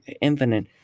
Infinite